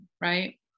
right